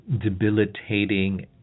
debilitating